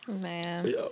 Man